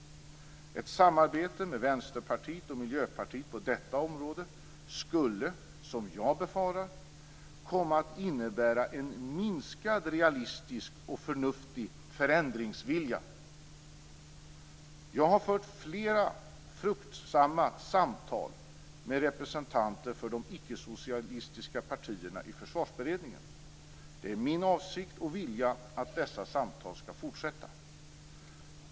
Ett samarbete med Vänsterpartiet och Miljöpartiet på detta område skulle, som jag befarar, komma att innebära en minskad realistisk och förnuftig förändringsvilja. Jag har fört flera fruktgivande samtal med representanter för de icke-socialistiska partierna i Försvarsberedningen. Det är min avsikt och vilja att dessa samtal skall fortsätta.